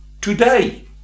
today